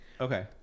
Okay